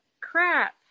crap